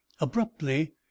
abruptly